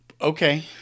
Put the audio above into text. Okay